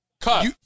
cut